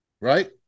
right